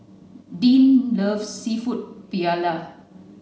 Dean loves Seafood Paella